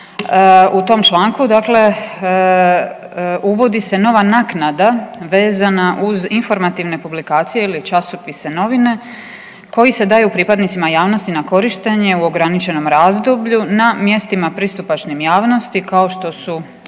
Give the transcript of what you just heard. u tom članku uvodi se nova naknada vezana uz informativne publikacije ili časopise, novine koji se daju pripadnicima javnosti na korištenje u ograničenom razdoblju na mjestima pristupačnim javnosti kao što su